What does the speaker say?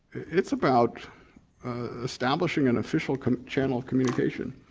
it's about establishing an official channel of communication.